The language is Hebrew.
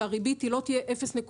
ניקח מקרה שבו הריבית לא תהיה 0.1,